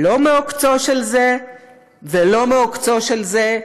לא מעוקצו של זה ולא מעוקצו של זה,